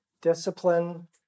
discipline